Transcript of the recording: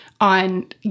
on